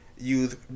use